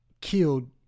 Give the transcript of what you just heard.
killed